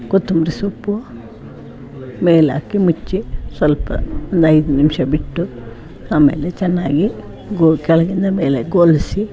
ಕೊತ್ತಂಬ್ರಿ ಸೊಪ್ಪು ಮೇಲೆ ಹಾಕಿ ಮುಚ್ಚಿ ಸ್ವಲ್ಪ ಒಂದು ಐದು ನಿಮಿಷ ಬಿಟ್ಟು ಆಮೇಲೆ ಚೆನ್ನಾಗಿ ಗೋಲ ಕೆಳಗಿಂದ ಮೇಲೆ ಗೋಲಿಸಿ